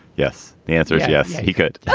yes. the answer is yes, he could